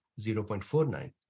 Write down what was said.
0.49